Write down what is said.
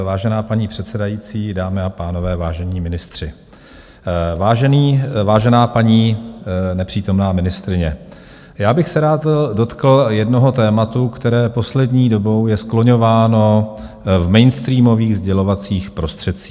Vážená paní předsedající, dámy a pánové, vážení ministři, vážená paní nepřítomná ministryně, já bych se rád dotkl jednoho tématu, které poslední dobou je skloňováno v mainstreamových sdělovacích prostředcích.